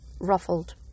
ruffled